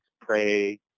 pray